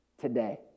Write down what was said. today